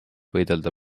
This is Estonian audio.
võidelda